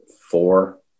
four